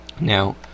Now